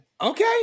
okay